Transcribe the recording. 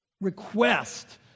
request